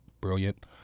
brilliant